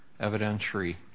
evidentiary